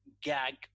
gag